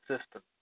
system